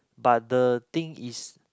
but the thing is